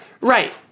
Right